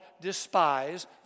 despise